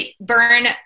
burn